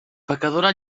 pecadora